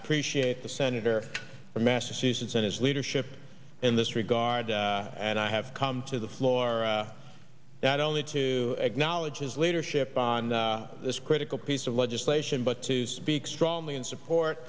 appreciate the senator from massachusetts and his leadership in this regard and i have come to the floor that only to acknowledge his leadership on the this critical piece of legislation but to speak strongly in support